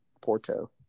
Porto